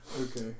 Okay